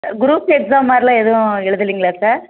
group exam மாதிரில்லாம் எதுவும் எழுதுலிங்களா சார்